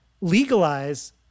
legalize